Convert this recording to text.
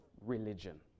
religion